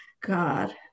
God